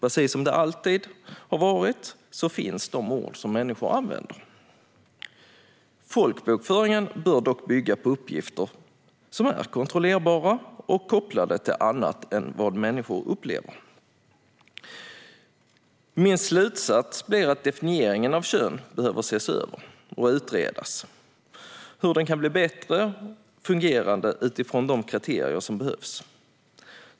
Precis som det alltid har varit finns de ord som människor använder. Folkbokföringen bör dock bygga på uppgifter som är kontrollerbara och kopplade till annat än vad människor upplever. Min slutsats blir att definitionen av kön behöver ses över. Det behöver utredas hur den kan bli bättre fungerande utifrån de kriterier som behövs.